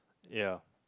ya